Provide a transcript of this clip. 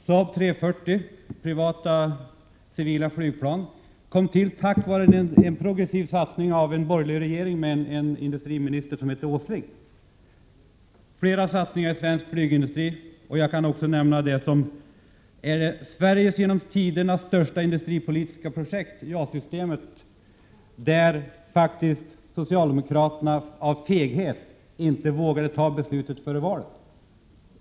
Saab 340, privat och civilt flygplan, kom till tack vare en progressiv satsning av en borgerlig regering med en industriminister som heter Åsling. Jag kan också nämna det som är Sveriges genom tiderna största industripolitiska projekt, JAS-systemet, om vilket socialdemokraterna av feghet inte vågade fatta beslut före valet.